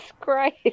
Christ